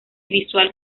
visual